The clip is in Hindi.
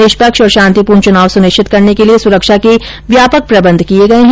निष्पक्ष और शांतिपूर्ण चुनाव सुनिश्चित करने के लिए सुरक्षा के व्यापक प्रबंध किए गए हैं